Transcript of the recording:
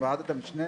בוועדת המשנה,